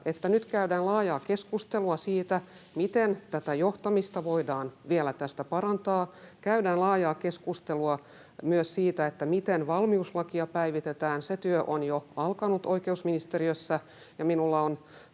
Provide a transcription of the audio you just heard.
että nyt käydään laajaa keskustelua siitä, miten tätä johtamista voidaan vielä tästä parantaa, käydään laajaa keskustelua myös siitä, miten valmiuslakia päivitetään. Se työ on jo alkanut oikeusministeriössä, ja minulla on